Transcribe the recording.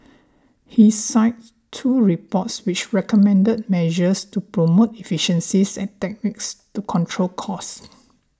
he cited two reports which recommended measures to promote efficiencies and techniques to control costs